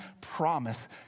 promise